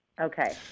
Okay